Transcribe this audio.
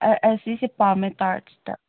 ꯑꯁꯤꯁꯦ ꯄꯥꯝꯃꯦ ꯇꯥꯔꯁꯇ